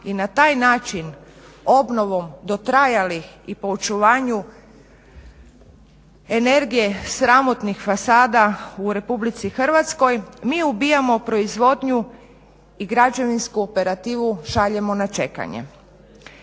i na taj način obnovom dotrajalih i po očuvanju energije sramotnih fasada u RH mi ubijamo proizvodnju i građevinsku operativu šaljemo na čekanje.